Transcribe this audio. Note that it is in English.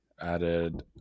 Added